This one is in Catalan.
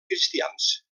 cristians